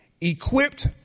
equipped